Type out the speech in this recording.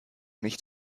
nicht